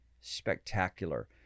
spectacular